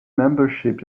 membership